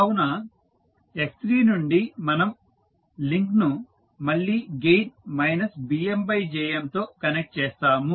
కావున x3 నుండి మనం లింక్ను మళ్ళీ గెయిన్ BmJm తో కనెక్ట్ చేస్తాము